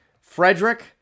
Frederick